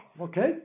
Okay